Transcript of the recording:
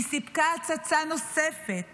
היא סיפקה הצצה נוספת